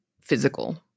physical